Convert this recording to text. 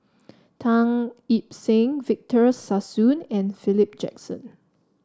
Tan Seng Victor Sassoon and Philip Jackson